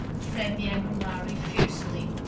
said the younger lhari fiercely.